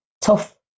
tough